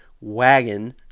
wagon